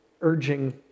urging